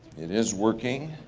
it is working,